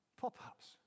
pop-ups